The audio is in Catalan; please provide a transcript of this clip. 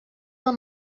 del